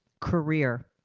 career